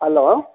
hello